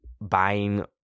buying